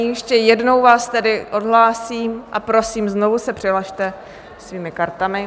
Ještě jednou vás tedy odhlásím a prosím, znovu se přihlaste svými kartami.